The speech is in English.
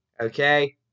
Okay